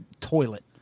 toilet